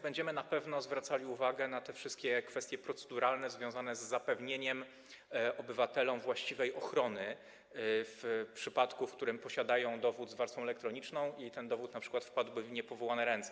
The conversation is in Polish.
Będziemy na pewno zwracali uwagę na kwestie proceduralne związane z zapewnieniem obywatelom właściwej ochrony w przypadku, w którym posiadają dowód z warstwą elektroniczną, i ten dowód np. wpadłby w niepowołane ręce.